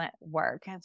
work